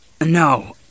No